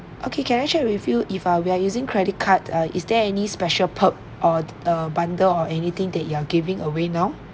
okay can I check with you if uh we are using credit card uh is there any special perk or a bundle or anything that you are giving away now